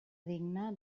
digna